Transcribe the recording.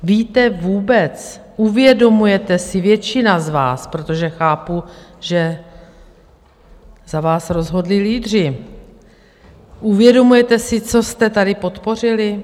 Víte vůbec, uvědomujete si většina z vás, protože chápu, že za vás rozhodli lídři, uvědomujete si, co jste tady podpořili?